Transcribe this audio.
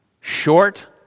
Short